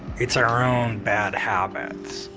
it's our own bad habits.